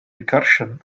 recursion